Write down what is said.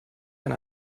eine